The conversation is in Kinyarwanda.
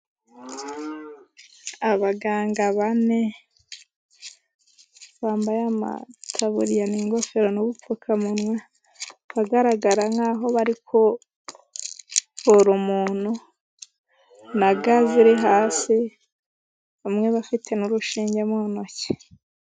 Abaganga bane bambaye amataburiya n'ingofero n'ubupfukamunwa bagaragara nk'aho bari kuvura umuntu na ga ziri hasi bamwe bafite n'urushinge mu ntoki.